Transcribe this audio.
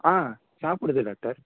ஆ சாப்பிடுது டாக்டர்